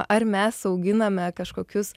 ar mes auginame kažkokius